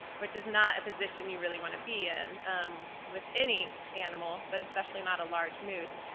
which is not a position you really want to be in with any animal but especially not a large moose.